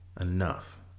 enough